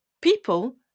people